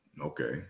Okay